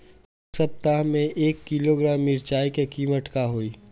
एह सप्ताह मे एक किलोग्राम मिरचाई के किमत का होई?